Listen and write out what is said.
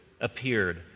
appeared